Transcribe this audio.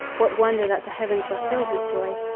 what wonder that the heavens were filled with joy?